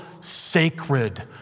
sacred